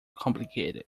complicated